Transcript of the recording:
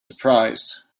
surprised